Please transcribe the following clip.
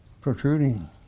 protruding